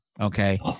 okay